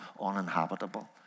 uninhabitable